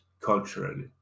culturally